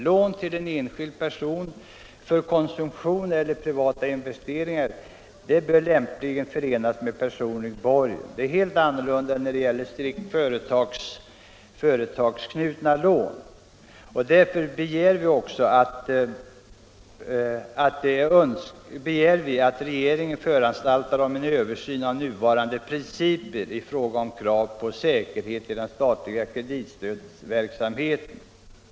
Lån till en enskild person för konsumtion eller privata investeringar bör lämpligen förses med personlig borgen. Det är helt annorlunda när det gäller strikt företagsanknutna lån. Därför begär vi att regeringen föranstaltar om en översyn av nuvarande principer i fråga om krav på säkerhet i den statliga kreditstödsverksamheten.